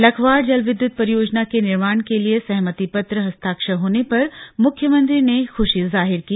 लखवाड़ जलविद्यूत परियोजना के निर्माण के लिए सहमति पत्र हस्ताक्षर होने पर मुख्यमंत्री ने खुशी जाहिर की